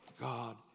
God